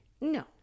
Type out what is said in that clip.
no